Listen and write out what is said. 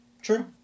True